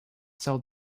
cell